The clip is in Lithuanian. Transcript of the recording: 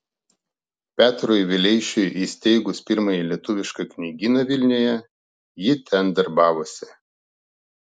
petrui vileišiui įsteigus pirmąjį lietuvišką knygyną vilniuje ji ten darbavosi